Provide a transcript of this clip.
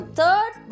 third